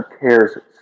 cares